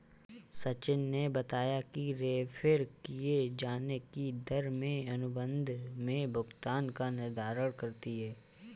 सचिन ने बताया कि रेफेर किये जाने की दर में अनुबंध में भुगतान का निर्धारण करती है